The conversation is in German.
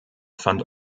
fand